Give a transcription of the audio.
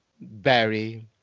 Barry